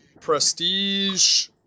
prestige